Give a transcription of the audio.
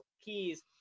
keys